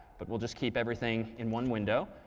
but will just keep everything in one window.